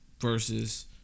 versus